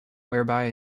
whereby